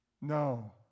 No